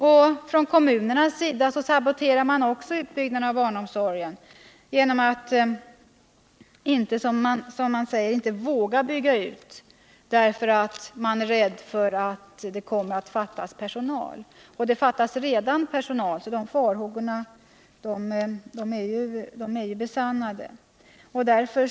Också på kommunalt håll saboterar man utbyggnaden av barnomsorgen genom att man, som man säger, inte vågar bygga ut därför att man är rädd för att det kommer att fattas personal. Det fattas ju också personal i nuvarande läge — 125 dessa farhågor är alltså redan besannade.